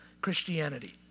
Christianity